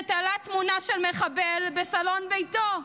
שתלה תמונה של מחבל בסלון ביתו.